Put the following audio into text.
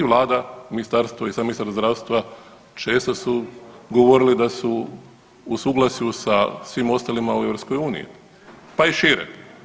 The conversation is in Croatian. I Vlada i ministarstvo i ministar zdravstva često su govorili da su u suglasju sa svim ostalima u EU, pa i šire.